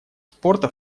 спорта